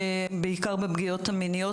בעיקר בפגיעות המיניות,